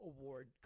Award